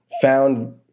found –